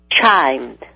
chimed